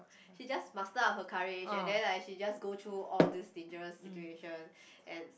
she just muster up her courage and then like she just go through all these dangerous situation and